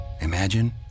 imagine